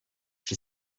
czy